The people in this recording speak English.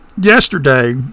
yesterday